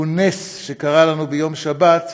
זהו נס שקרה לנו ביום שבת,